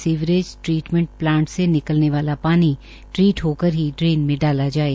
sewerage treatment plant से निकलने वाला पानी ट्रीट होकर ही ड्रेन में डाला जाये